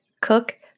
cook